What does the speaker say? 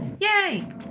Yay